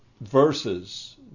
verses